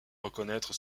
reconnaître